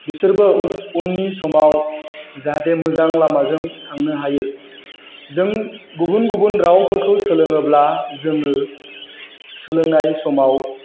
बिसोरबो उननि समाव जाहाथे मोजां लामाजों थांनो हायो जों गुबुन गुबुन रावफोरखौ सोलोङोब्ला जोङो सोलोंनाय समाव